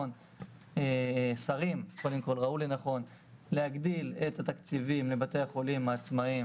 השרים ראו לנכון להגדיל את התקציבים לבתי החולים העצמאיים